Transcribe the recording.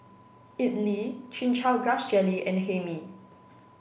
Idly Chin Chow Grass Jelly and Hae Mee